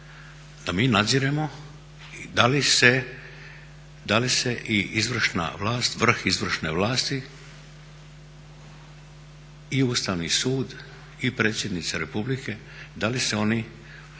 da mi nadziremo da li se i izvršna vlast, vrh izvršne vlasti i Ustavni sud i predsjednica Republike da li se oni